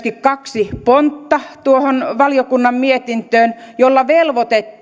kaksi pontta tuohon valiokunnan mietintöön joilla velvoitettiin